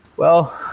well,